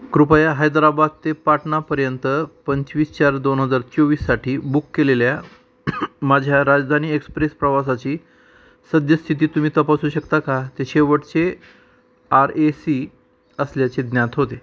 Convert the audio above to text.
कृपया हैदराबाद ते पाटणापर्यंत पंचवीस चार दोन हजार चोवीससाठी बुक केलेल्या माझ्या राजधानी एक्सप्रेस प्रवासाची सद्यस्थिती तुम्ही तपासू शकता का ते शेवटचे आर ए सी असल्याचे ज्ञात होते